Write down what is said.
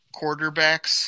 quarterbacks